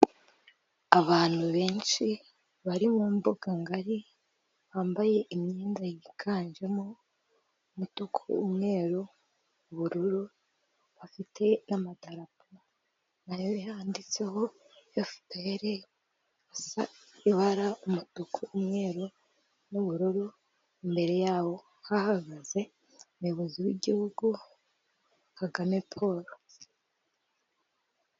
Abantu benshi bari mu mbuga ngari bambaye imyenda yiganjemo: umutuku, umweru, ubururu. Bafite amadarapo nayo yanditseho efuperi asa ibara umutuku, umweru, n'ubururu, imbere yawo hahagaze umuyobozi w'igihugu Kagame Paul.